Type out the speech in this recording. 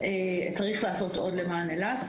צריך לעשות עוד למען אילת.